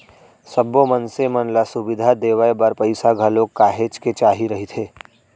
सब्बो मनसे मन ल सुबिधा देवाय बर पइसा घलोक काहेच के चाही रहिथे